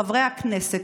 חברי הכנסת,